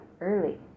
early